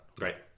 Right